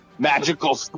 Magical